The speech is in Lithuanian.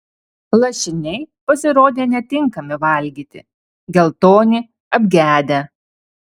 lašiniai pasirodė netinkami valgyti geltoni apgedę